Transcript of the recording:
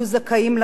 לראשונה,